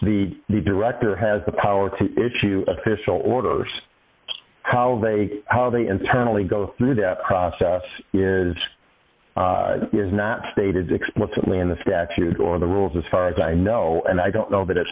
the director has the power to issue official orders how they how they internally go through that process is is not stated explicitly in the statute or the rules as far as i know and i don't know that it's